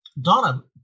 Donna